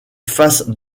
face